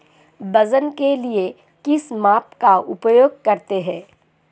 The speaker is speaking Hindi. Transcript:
वजन के लिए किस माप का उपयोग करते हैं?